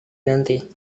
nanti